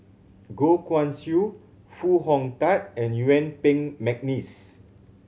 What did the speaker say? Goh Guan Siew Foo Hong Tatt and Yuen Peng McNeice